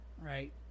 right